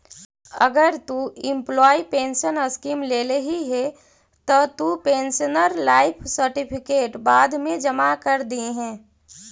अगर तु employee pension scheme लेल्ही हे त तु पेंशनर लाइफ सर्टिफिकेट बाद मे जमा कर दिहें